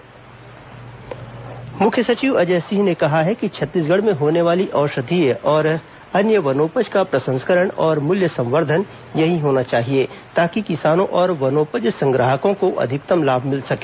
राष्ट्रीय कार्यशाला मुख्य सचिव अजय सिंह ने कहा है कि छत्तीसगढ़ में होने वाली औषधीय और अन्य वनोपज का प्रसंस्करण और मूल्य संवर्धन यहीं होना चाहिए ताकि किसानों और वनोपज संग्राहकों को अधिकतम लाभ मिल सके